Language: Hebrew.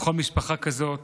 בכל משפחה כזאת